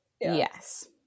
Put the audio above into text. yes